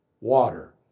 water